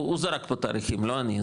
הוא זרק פה תאריכים לא אני,